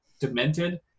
demented